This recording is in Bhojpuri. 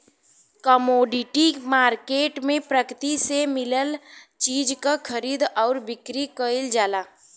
कमोडिटी मार्केट में प्रकृति से मिलल चीज क खरीद आउर बिक्री कइल जाला